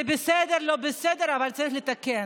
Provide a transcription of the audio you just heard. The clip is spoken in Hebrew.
זה בסדר, לא בסדר, אבל צריך לתקן.